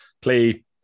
play